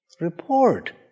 report